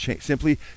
simply